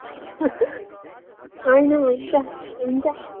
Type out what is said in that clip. होइन हुन्छ हुन्छ